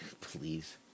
Please